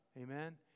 Amen